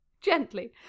Gently